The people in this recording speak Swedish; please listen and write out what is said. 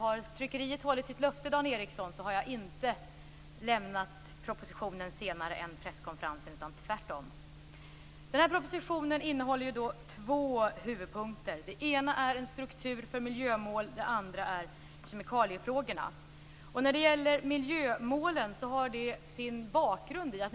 Om tryckeriet höll sitt löfte, Dan Ericsson, har jag inte lämnat propositionen senare än presskonferensen, tvärtom. Propositionen innehåller två huvudpunkter, dels en struktur för miljömålen, dels kemikaliefrågorna. Miljömålen har sin bakgrund i följande.